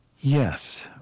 yes